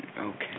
Okay